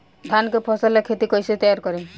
धान के फ़सल ला खेती कइसे तैयार करी?